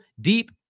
deep